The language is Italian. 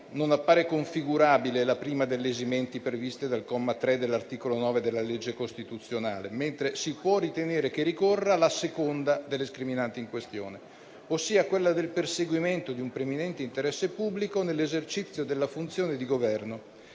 non appare configurabile la prima delle esimenti previste dal comma 3 dell'articolo 9 della legge costituzionale n. 1 del 1989; mentre si può ritenere che ricorra la seconda delle scriminanti in questione, ossia quella del perseguimento di un preminente interesse pubblico nell'esercizio della funzione di Governo.